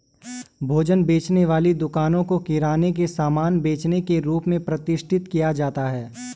भोजन बेचने वाली दुकानों को किराने का सामान बेचने के रूप में प्रतिष्ठित किया जाता है